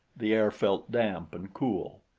the air felt damp and cool.